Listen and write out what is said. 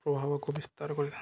ପ୍ରଭାବକୁ ବିସ୍ତାର କରିଥାନ୍ତି